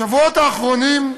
השבועות האחרונים,